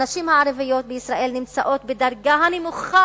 הנשים הערביות בישראל נמצאות בדרגה הנמוכה